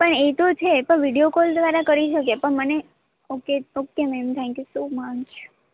પણ એ તો છે એ તો વિડિયો કોલ દ્વારા કરી શકીએ પણ મને okay okay ma'am thank you so much